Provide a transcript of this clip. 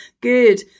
good